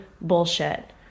bullshit